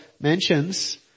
mentions